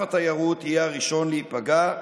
ענף התיירות יהיה הראשון להיפגע,